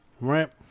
right